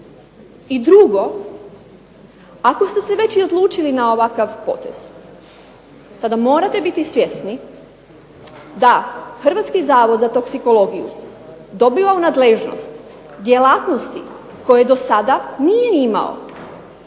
I drugo, ako ste se već i odlučili na ovakav potez tada morate biti svjesni da Hrvatski zavod za toksikologiju dobiva u nadležnost djelatnosti koje do sada nije imao.